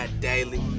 daily